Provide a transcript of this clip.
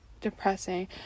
depressing